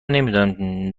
نمی